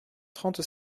trente